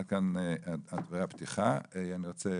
עד כאן דברי הפתיחה, אני רוצה